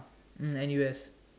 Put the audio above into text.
N_U_S